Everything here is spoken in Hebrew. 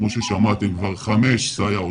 כמו ששמעתם, חמש סייעות.